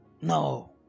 No